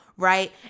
right